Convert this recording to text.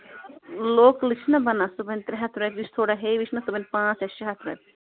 لوکلٕے چھُنا بَنان سُہ بَنہِ ترٛےٚ ہَتھ رۄپیہِ یُس تھوڑا ہیٚوِی چھُنا سُہ بَنہِ پانٛژھ یا شیٚے ہَتھ رۄپیہِ